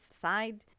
side